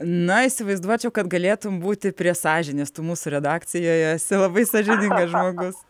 na įsivaizduočiau kad galėtum būti prie sąžinės tu mūsų redakcijoje esi labai sąžiningas žmogus